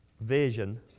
vision